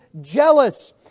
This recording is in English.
jealous